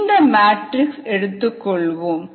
இந்த மேட்ரிக்ஸ் எடுத்துக்கொள்வோம்